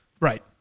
right